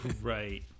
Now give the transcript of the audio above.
Right